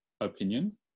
opinion